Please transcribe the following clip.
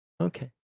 Okay